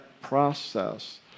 process